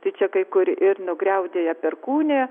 tai čia kai kur ir nugriaudėja perkūnija